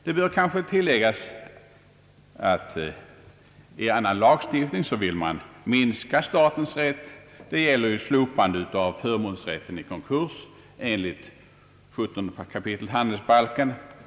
Det bör kanske tilläggas att man i annan lagstiftning vill minska statens rätt — det gäller ju slopandet av förmånsrätten för skatter vid konkurs enligt 17 kap. handelsbalken.